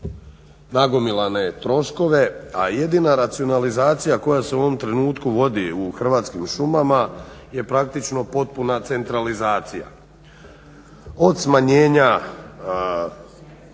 nagomilane troškove a jedina racionalizacija koja se u ovom trenutku vodi u Hrvatskim šumama je praktično potpuna centralizacija. Od smanjenja